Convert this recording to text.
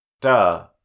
Duh